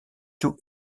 two